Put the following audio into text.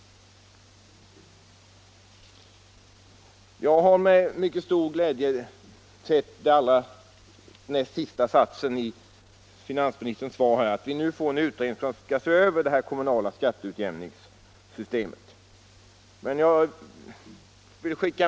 Jag har med mycket stor glädje läst det näst sista stycket i finansministerns svar, att vi nu får en utredning som skall se över det kommunala skatteutjämningssystemet.